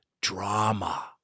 drama